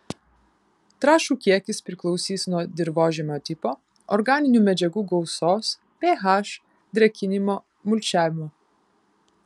trąšų kiekis priklausys nuo dirvožemio tipo organinių medžiagų gausos ph drėkinimo mulčiavimo